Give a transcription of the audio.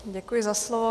Děkuji za slovo.